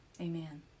Amen